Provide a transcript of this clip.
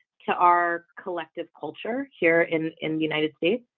to our collective culture here in in the united states